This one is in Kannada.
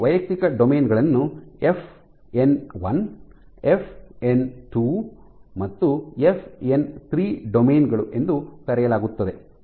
ಈ ವೈಯಕ್ತಿಕ ಡೊಮೇನ್ ಗಳನ್ನು ಎಫ್ಎನ್ I ಎಫ್ಎನ್ II ಮತ್ತು ಎಫ್ಎನ್ III ಡೊಮೇನ್ ಗಳು ಎಂದು ಕರೆಯಲಾಗುತ್ತದೆ